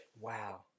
Wow